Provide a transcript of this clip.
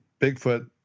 Bigfoot